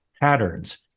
patterns